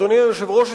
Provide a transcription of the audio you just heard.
אדוני היושב-ראש,